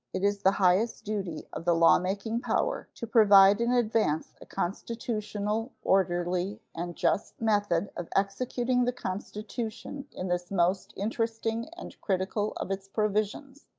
it is the highest duty of the lawmaking power to provide in advance a constitutional, orderly, and just method of executing the constitution in this most interesting and critical of its provisions.